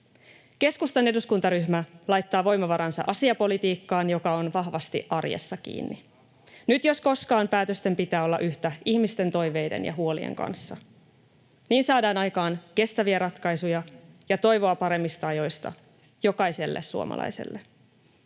Keskustan eduskuntaryhmä laittaa voimavaransa asiapolitiikkaan, joka on vahvasti arjessa kiinni. Nyt jos koskaan päätösten pitää olla yhtä ihmisten toiveiden ja huolien kanssa. Niin saadaan aikaan kestäviä ratkaisuja ja toivoa paremmista ajoista jokaiselle suomalaiselle.